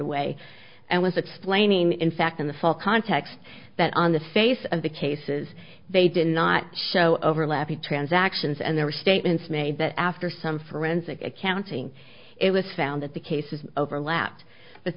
away and with a display name in fact in the fall context that on the face of the cases they did not show overlapping transactions and there were statements made that after some forensic accounting it was found that the cases overlapped but